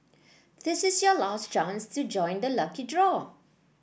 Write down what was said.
this is your last chance to join the lucky draw